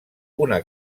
una